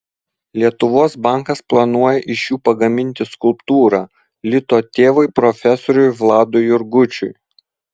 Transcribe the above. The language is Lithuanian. lietuvos bankas planuoja iš jų pagaminti skulptūrą lito tėvui profesoriui vladui jurgučiui